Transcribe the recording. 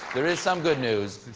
there is some good news.